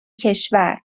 کشور